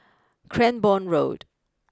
Cranborne Road